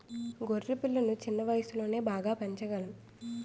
గొర్రె పిల్లలను చిన్న వయసులోనే బాగా పెంచగలం